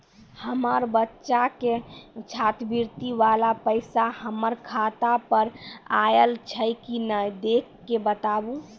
हमार बच्चा के छात्रवृत्ति वाला पैसा हमर खाता पर आयल छै कि नैय देख के बताबू?